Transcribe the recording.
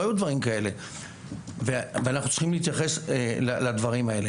אנחנו צריכים להתייחס לשינויים.